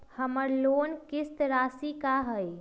हमर लोन किस्त राशि का हई?